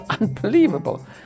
unbelievable